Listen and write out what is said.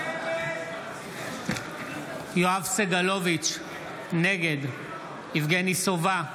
נגד יואב סגלוביץ' נגד יבגני סובה,